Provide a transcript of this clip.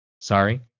Sorry